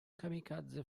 kamikaze